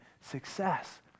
success